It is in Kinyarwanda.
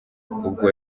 ubwo